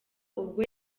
ubwo